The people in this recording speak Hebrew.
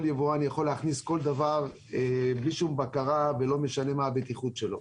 יבואן יכול להכניס כל דבר בלי שום בקרה ולא משנה מה הבטיחות שלו.